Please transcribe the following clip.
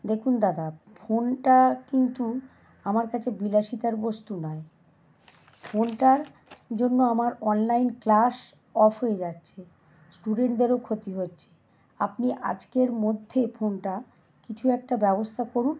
দেখুন দাদা ফোনটা কিন্তু আমার কাছে বিলাসিতার বস্তু নয় ফোনটার জন্য আমার অনলাইন ক্লাস অফ হয়ে যাচ্ছে স্টুডেন্টদেরও ক্ষতি হচ্ছে আপনি আজকের মধ্যে ফোনটা কিছু একটা ব্যবস্থা করুন